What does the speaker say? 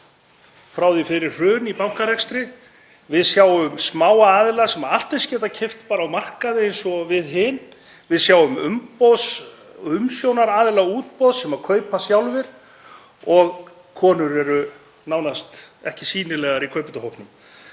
frá því fyrir hrun í bankarekstri. Við sjáum smáa aðila sem geta allt eins keypt bara á markaði eins og við hin. Við sjáum umsjónaraðila útboðs sem kaupa sjálfir og konur eru nánast ekki sýnilegar í kaupendahópnum.